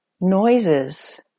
noises